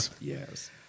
yes